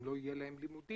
אם לא יהיו לימודים,